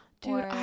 Dude